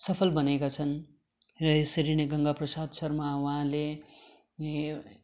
सफल बनेका छन् र यसरी नै गंगा प्रसाद शर्मा उहाँले